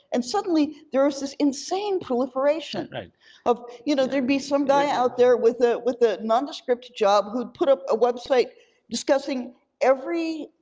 and suddenly there was this insane proliferation of, you know, there'd be some guy out there with ah with a nondescript job who'd put up a website discussing every,